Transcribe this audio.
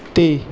ਤੇ